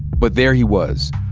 but there he was,